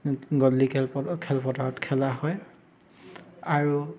গধূলি খেলপ খেলপথাৰত খেলা হয় আৰু